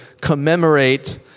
commemorate